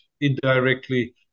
indirectly